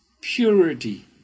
purity